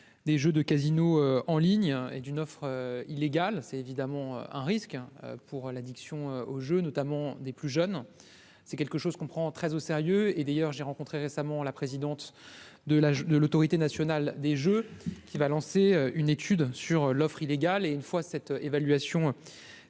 des jeux de casino en ligne et d'une offre illégale, c'est évidemment un risque pour l'addiction au jeux, notamment des plus jeunes, c'est quelque chose qu'on prend très au sérieux et d'ailleurs, j'ai rencontré récemment la présidente de la, de l'Autorité nationale des jeux qui va lancer une étude sur l'offre illégale et une fois cette évaluation terminée,